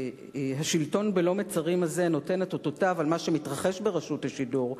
והשלטון בלא מצרים הזה נותן אותותיו במה שמתרחש ברשות השידור,